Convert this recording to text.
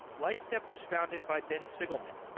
lightstep was founded by ben sigleman,